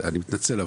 אני מתנצל,